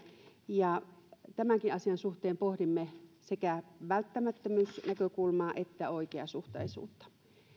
ja tämänkin asian suhteen pohdimme sekä välttämättömyysnäkökulmaa että oikeasuhtaisuutta